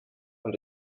und